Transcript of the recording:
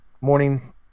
morning